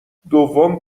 دوم